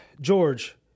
George